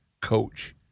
coach